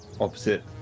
opposite